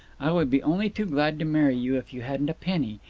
i would be only too glad to marry you if you hadn't a penny.